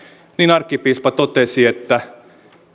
arkkipiispa totesi että